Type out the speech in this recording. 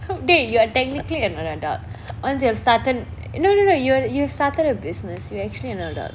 you are technically an adult once you have started no no no you're you've started a business you are actually an adult